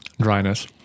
dryness